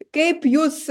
kaip jūs